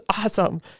awesome